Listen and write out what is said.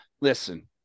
Listen